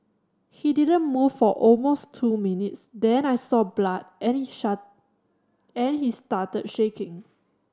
he didn't move for almost two minutes then I saw blood and shake and he started shaking